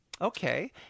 Okay